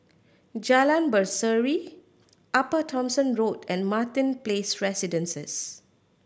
Jalan Berseri Upper Thomson Road and Martin Place Residences